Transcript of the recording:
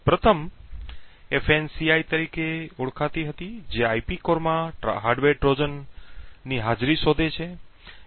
પ્રથમ ફાન્સી તરીકે ઓળખાતું હતું જે આઈપી કોર માં હાર્ડવેર ટ્રોજન હાજર શોધે છે